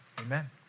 Amen